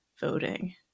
voting